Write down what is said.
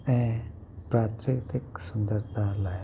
ऐं प्राकृतिकु सुंदरता लाइ